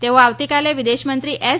તેઓ આવતીકાલે વિદેશમંત્રી એસ